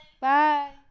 bye